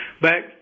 back